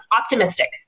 optimistic